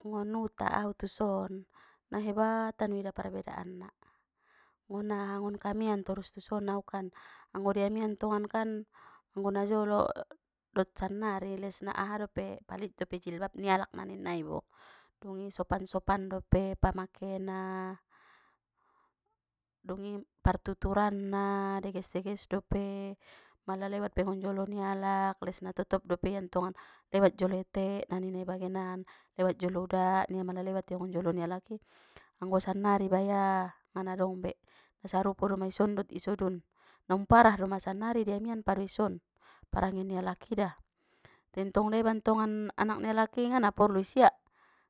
Ngon uta au tuson na hebatan uida parbedaan na ngon aha ngon kamian torus tuson au kan anggo di amian tongan kan anggo najolo dot sannari les na aha dope palit dope jilbab ni alak na ninnai bo dungi sopan-sopan dope pamake na, dungi partuturan na deges-deges dope mala lewat pe ngonjolo ni alak les na totop dope iantongan lewat jolo etek na ninnai bagenan lewat jolo udak ningia mala lewat ia ngon jolo ni alak i anggo sannari baya ngana dong be na sarupo doma ison dot isodun na umparah doma sannari di amian pado ison parange ni alaki da tentong debantongan anak ni alak i ngana porlu isia